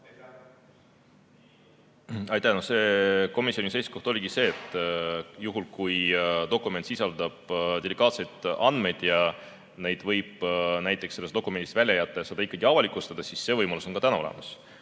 Aitäh! No komisjoni seisukoht oligi see, et juhul kui dokument sisaldab delikaatseid andmeid ja neid võib näiteks sellest dokumendist välja jätta ja seda ikkagi avalikustada, siis see võimalus on ka täna olemas.